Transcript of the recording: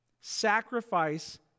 sacrifice